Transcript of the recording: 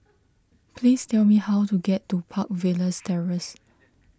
please tell me how to get to Park Villas Terrace